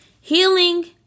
Healing